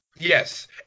Yes